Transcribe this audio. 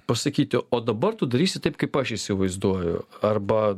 pasakyti o dabar tu darysi taip kaip aš įsivaizduoju arba